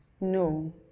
No